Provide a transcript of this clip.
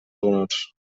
honors